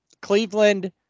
Cleveland